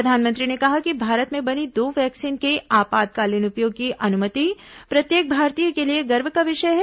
प्रधानमंत्री ने कहा कि भारत में बनी दो वैक्सीन के आपातकालीन उपयोग की अनुमति प्रत्येक भारतीय के लिए गर्व का विषय है